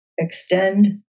extend